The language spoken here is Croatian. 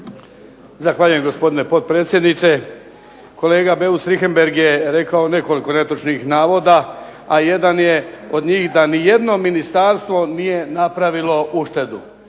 Zahvaljujem gospodine potpredsjedniče. Kolega Beus Richembergh je rekao nekoliko netočnih navoda, a jedan je od njih da ni jedno ministarstvo nije napravilo uštedo.